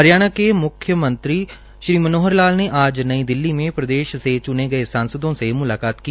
हरियाणा के मुख्यमंत्री श्री मनोहर लाल ने आज नई दिल्ली में प्रदेश से चुने गए सांसदों से मुलाकात की